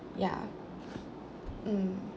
ya mm